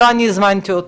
לא אני הזמנתי אותו.